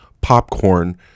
popcorn